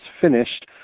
finished